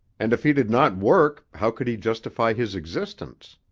and if he did not work, how could he justify his existence?